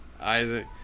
Isaac